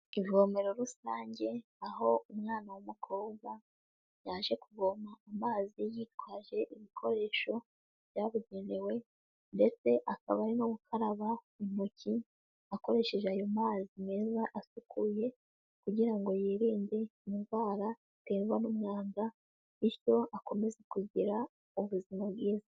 Ivomero rusange, aho umwana w'umukobwa yaje kuvoma amazi yitwaje ibikoresho byabugenewe, ndetse akaba arimo gukaraba intoki akoresheje ayo mazi meza asukuye, kugira ngo yirinde indwara ziterwa n'umwanda, bityo akomeze kugira ubuzima bwiza.